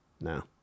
No